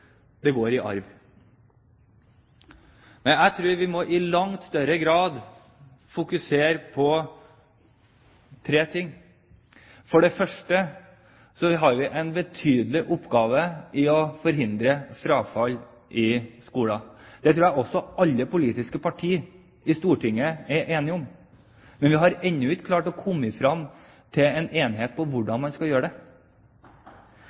går i arv. Jeg tror vi i langt større grad må fokusere på tre ting: Vi har en betydelig oppgave i å forhindre frafall i skolen. Det tror jeg også alle politiske partier i Stortinget er enige om, men vi har ennå ikke klart å komme fram til en enighet om hvordan man skal gjøre det.